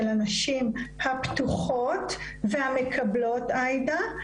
של הנשים הפתוחות והמקבלות עאידה,